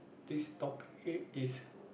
this topic is